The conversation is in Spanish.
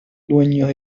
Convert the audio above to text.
dueños